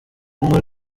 nkuru